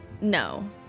no